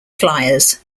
flyers